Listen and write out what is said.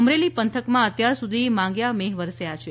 અમરેલી પંથકમા અત્યાર સુધી માંગ્યા મેહ વરસ્યા છે